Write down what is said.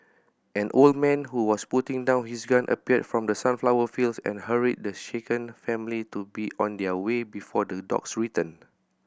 an old man who was putting down his gun appeared from the sunflower fields and hurried the shaken family to be on their way before the dogs return